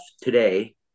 today